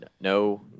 No